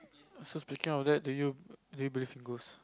so speaking of that do you do you believe in ghost